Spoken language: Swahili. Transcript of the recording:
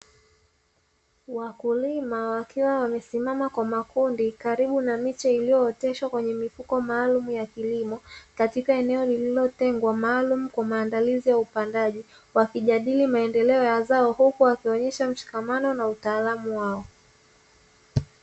Wakulima wakiwa wamesimama kwa makundi karibu na miche, iliyooteshwa kwenye mifuko maalumu ya kilimo katika eneo lililotengwa maalumu kwa maandalizi ya upandaji, wakijadili maendeleo ya zao huku wakionyesha mshikamano na utaalamu wao.